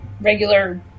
regular